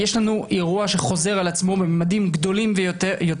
יש לנו אירוע שחוזר על עצמו בממדים גדולים יותר,